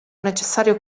necessario